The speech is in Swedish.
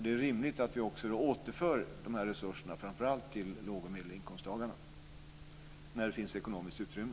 Det är rimligt att vi också återför de här resurserna, framför allt till låg och medelinkomsttagarna, när det finns ekonomiskt utrymme.